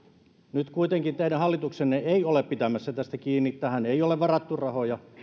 nyt kuitenkin teidän hallituksenne ei ole pitämässä tästä kiinni tähän ei ole varattu rahoja